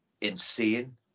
insane